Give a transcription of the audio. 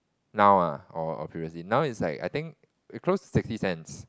now ah or or previously now is like I think it's close to sixty cents